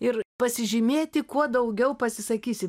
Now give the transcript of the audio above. ir pasižymėti kuo daugiau pasisakysi